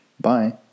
Bye